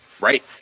right